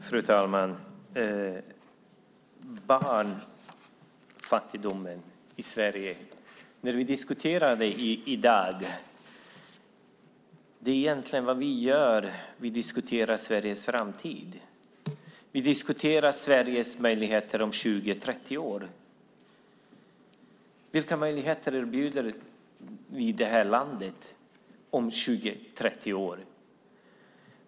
Fru talman! När vi i dag diskuterar barnfattigdomen i Sverige diskuterar vi egentligen Sveriges framtid. Vi diskuterar Sveriges möjligheter om 20 eller 30 år. Vilka möjligheter erbjuder vi det här landet om 20 eller 30 år?